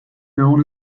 known